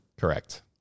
Correct